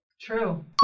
True